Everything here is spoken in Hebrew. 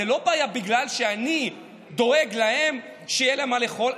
זו לא בעיה בגלל שאני דואג להם שיהיה להם מה לאכול,